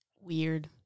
Weird